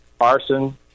arson